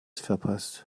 verpasst